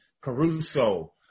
Caruso